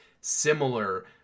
similar